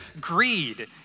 greed